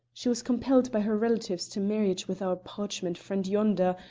she was compelled by her relatives to marriage with our parchment friend yonder,